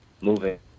moving